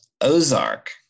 Ozark